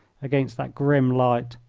against that grim light,